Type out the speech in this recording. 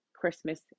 Christmas